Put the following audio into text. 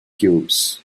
cubes